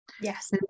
Yes